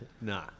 Nah